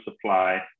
supply